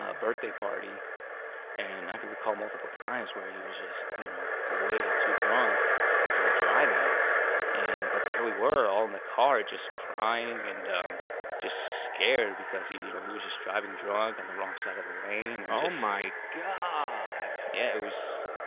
ah birthday party and i can recall multiple times where he was just you know way too drunk to be driving and but there we were all in the car just crying and um just scared because he you know he was just driving drunk on the wrong side of the lane. oh my god. yeah it was,